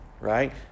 right